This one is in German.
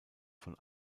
von